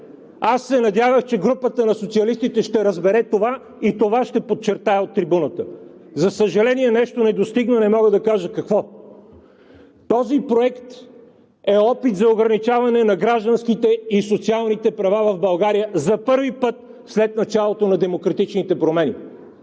Аз се надявах, че групата на социалистите ще разбере това и ще го подчертае от трибуната, за съжаление, нещо не достигна, не мога да кажа какво. Този проект е опит за ограничаване на гражданските и социалните права в България за първи път след началото на демократичните промени